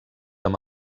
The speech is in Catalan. amb